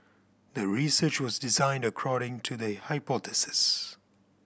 the research was designed according to the hypothesis